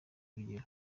urugero